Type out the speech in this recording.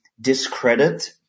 discredit